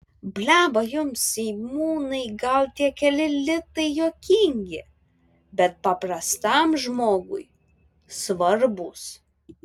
blemba jums seimūnai gal tie keli litai juokingi bet paprastam žmogui svarbūs